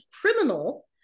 criminal